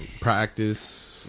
practice